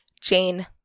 Jane